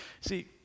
See